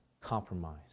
compromise